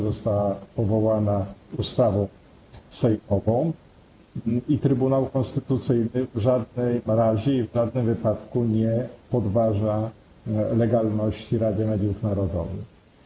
Została powołana ustawą i Trybunał Konstytucyjny w żadnym razie i w żadnym wypadku nie podważa legalności Rady Mediów Narodowych.